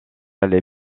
aller